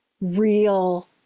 real